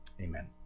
Amen